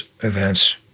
events